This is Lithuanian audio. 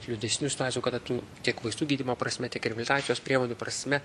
liūdnesnių situacijų kada tu tiek vaistų gydymo prasme tiek ir reabilitacijos priemonių prasme